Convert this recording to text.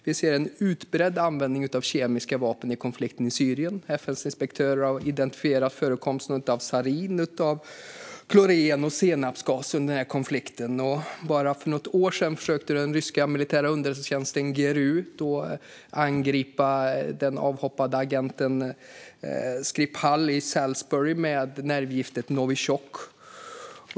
Vi ser en utbredd användning av kemiska vapen i konflikten i Syrien. FN:s inspektörer har identifierat förekomsten av sarin, klorin och senapsgas under konflikten. Bara för något år sedan försökte den ryska militära underrättelsetjänsten GRU angripa den avhoppade agenten Skripal i Salisbury med nervgiftet novitjok.